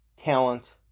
talent